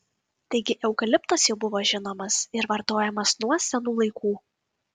taigi eukaliptas jau buvo žinomas ir vartojamas nuo senų laikų